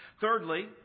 Thirdly